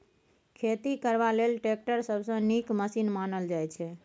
खेती करबा लेल टैक्टर सबसँ नीक मशीन मानल जाइ छै